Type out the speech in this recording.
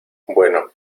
bueno